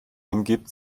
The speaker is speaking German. hingibt